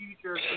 future